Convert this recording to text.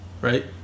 right